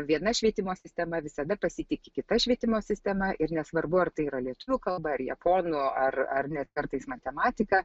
viena švietimo sistema visada pasitiki kita švietimo sistema ir nesvarbu ar tai yra lietuvių kalba ar japonų ar ar net kartais matematika